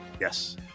Yes